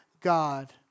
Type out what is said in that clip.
God